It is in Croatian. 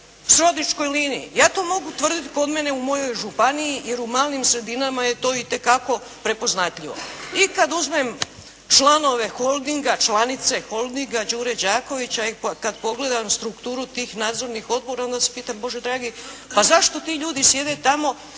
srodničkoj liniji. Ja to mogu tvrdit. Kod mene u mojoj županiji, jer u malim sredinama je to itekako prepoznatljivo. I kad uzmem članove holdinga, članice holdinga "Đure Đakovića", kad pogledam strukturu tih nadzornih odbora onda se pitam, Bože dragi, pa zašto ti ljudi sjede tamo